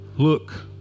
Look